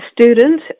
student